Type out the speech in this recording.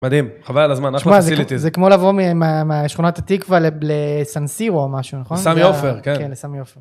מדהים חבל על הזמן, זה כמו לבוא משכונת התקווה לסנסירו או משהו, נכון? לסמי עופר.